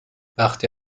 وقتی